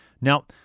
Now